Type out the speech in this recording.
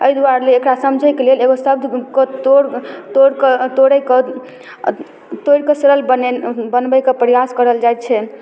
एहि दुआरे एकरा समझैके लेल एगो शब्दके तोड़ि तोड़िकऽ तोड़ैके तोड़िकऽ सरल बनै बनबैके प्रयास करल जाइ छै